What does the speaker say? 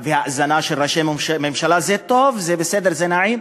וההאזנה לראשי ממשלה, זה טוב, זה בסדר, זה נעים.